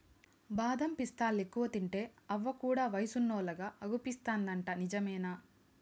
బాదం పిస్తాలెక్కువ తింటే అవ్వ కూడా వయసున్నోల్లలా అగుపిస్తాదంట నిజమేనా